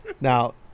Now